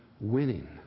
winning